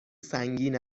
سنگین